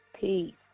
peace